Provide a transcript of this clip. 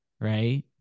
right